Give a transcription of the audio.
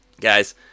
Guys